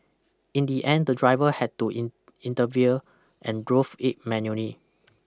in the end the driver had to in intervene and drove it manually